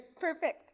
Perfect